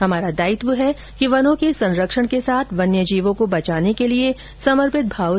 हमारा दायित्व है कि वनों के संरक्षण के साथ वन्यजीवों को बचाने के लिए समर्पित भाव से प्रयास करें